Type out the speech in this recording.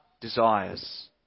desires